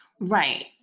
Right